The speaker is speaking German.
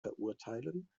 verurteilen